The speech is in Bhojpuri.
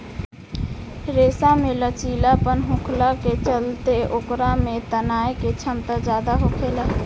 रेशा में लचीलापन होखला के चलते ओकरा में तनाये के क्षमता ज्यादा होखेला